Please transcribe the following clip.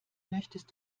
möchtest